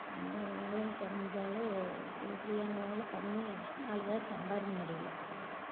எந்த வேலையும் செஞ்சாலும் உருப்படியான வேலை பண்ணி நாலு காசு சம்பாதிக்க முடியல